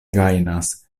gajnas